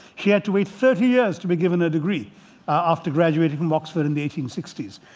she had to wait thirty years to be given her degree after graduating from oxford in the eighteen sixty s.